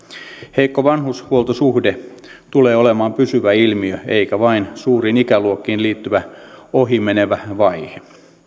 heikko vanhushuoltosuhde tulee olemaan pysyvä ilmiö eikä vain suuriin ikäluokkiin liittyvä ohimenevä vaihe